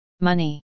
money